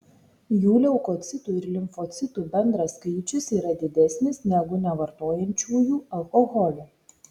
jų leukocitų ir limfocitų bendras skaičius yra didesnis negu nevartojančiųjų alkoholio